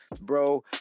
bro